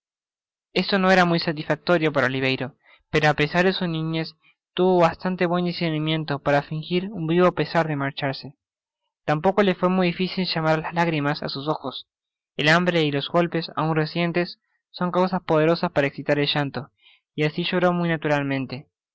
esto no era muy satisfactorio para oliverio pero apesar de su niñez tuvo bastante buen discernimiento para fingir un vivo pesar de marcharse tampoco le fué muy dificil llamar las lágrimas á sus ojos el hambre y los golpes aun recientes son causas poderosas para excitar el llanto y asi lloró muy naturalmente